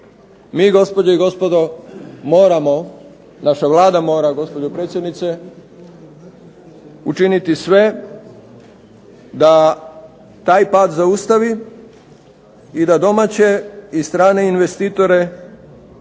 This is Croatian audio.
Mi gospođe i gospodo moramo, naša Vlada mora gospođo predsjednice učiniti sve da taj pad zaustavi i da domaće i strane investitore